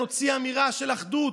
נוציא אמירה של אחדות,